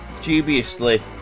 dubiously